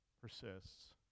persists